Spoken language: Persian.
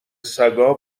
سگا